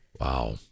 Wow